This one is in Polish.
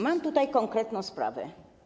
Mam tutaj konkretną sprawę.